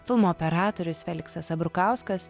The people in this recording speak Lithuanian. filmo operatorius feliksas abrukauskas